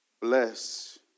Bless